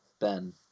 Ben